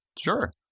Sure